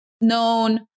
known